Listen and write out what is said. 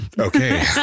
okay